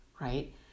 right